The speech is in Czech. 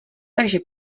takže